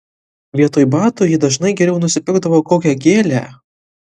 vietoj batų ji dažnai geriau nusipirkdavo kokią gėlę